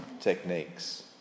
techniques